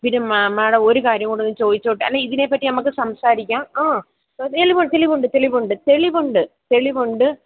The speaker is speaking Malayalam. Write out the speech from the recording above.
പിന്നെ മാഡം ഒരു കാര്യം കൂടെ ഒന്ന് ചോദിച്ചോട്ടെ അല്ല ഇതിനെപ്പറ്റി അമ്മക്ക് സംസാരിക്കാം ആ തെളിവുണ്ട് തെളിവുണ്ട് തെളിവുണ്ട് തെളിവുണ്ട് തെളിവുണ്ട്